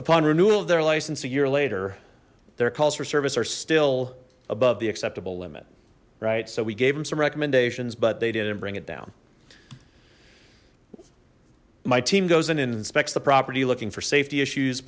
upon renewal of their license a year later their calls for service are still above the acceptable limit right so we gave them some recommendations but they didn't bring it down my team goes in and inspects the property looking for safety issues